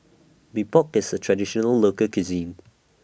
Mee Pok IS A Traditional Local Cuisine